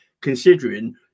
considering